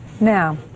now